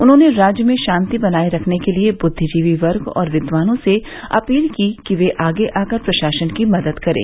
उन्होंने राज्य में शांति बनाये रखने के लिए बुद्विजीवी वर्ग और विद्वानों से अपील की कि वे आगे आकर प्रशासन की मदद करें